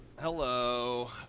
Hello